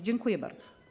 Dziękuję bardzo.